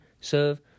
serve